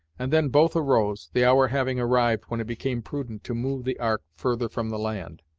and then both arose, the hour having arrived when it became prudent to move the ark further from the land.